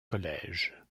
college